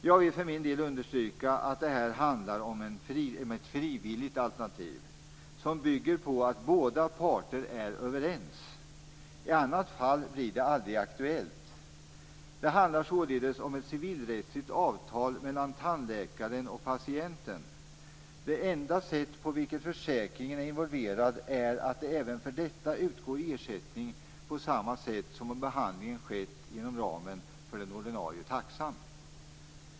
Jag vill för min del understryka att det här handlar om ett frivilligt alternativ som bygger på att båda parter är överens. I annat fall blir det aldrig aktuellt. Det handlar således om ett civilrättsligt avtal mellan tandläkaren och patienten. Det enda sätt på vilket försäkringen är involverad är att det för detta utgår ersättning på samma sätt som om behandlingen skett inom ramen för den ordinarie taxan.